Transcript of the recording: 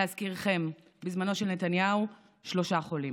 להזכירכם, בזמנו של נתניהו, שלושה חולים.